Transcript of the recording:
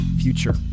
Future